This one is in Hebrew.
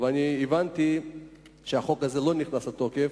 אני הבנתי שהחוק הזה לא נכנס לתוקף,